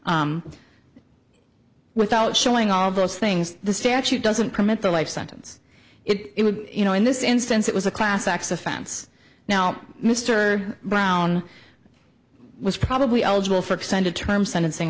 without showing all those things the statute doesn't permit the life sentence it would you know in this instance it was a class x offense now mr brown was probably eligible for extended term sentencing